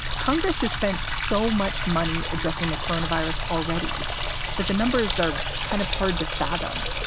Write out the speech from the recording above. congress has spent so much money addressing the corona virus already that the numbers are kind of hard to fathom.